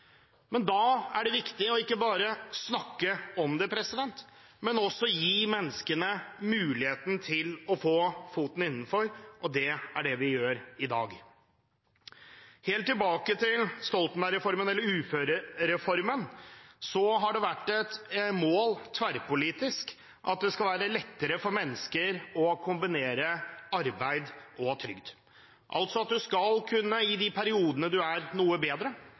men også å gi de menneskene muligheten til å få en fot innenfor, og det er det vi gjør i dag. Fra helt tilbake til uførereformen har det vært et mål tverrpolitisk at det skal være lettere for mennesker å kombinere arbeid og trygd, altså hvis en i de periodene en er noe bedre,